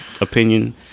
opinion